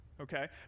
okay